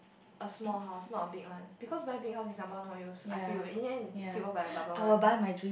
a small house not a big one because buy big house in Singapore no use I feel in the end it's still own by the government